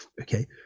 okay